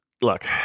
Look